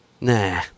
Nah